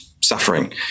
suffering